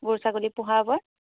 গৰু ছাগলী পোহাৰ ওপৰত